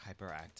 hyperactive